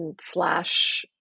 slash